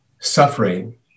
suffering